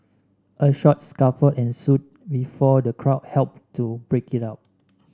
a short scuffle ensued before the crowd helped to break it up